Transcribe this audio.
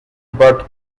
butte